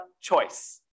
choice